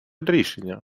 рішення